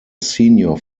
senior